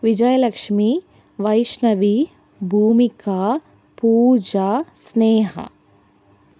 Vijaya Lakshmi Vaishnavi Bhumika Pooja Sneha